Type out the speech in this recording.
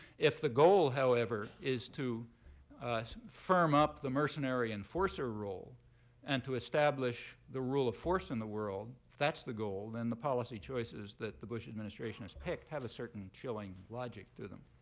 if the goal, however, is to firm up the mercenary enforcer role and to establish the rule of force in the world if that's the goal, then the policy choices that the bush administration has picked have a certain chilling logic to them.